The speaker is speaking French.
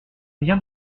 viens